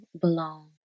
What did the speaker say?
belong